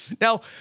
Now